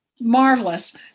marvelous